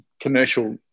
commercial